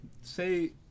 say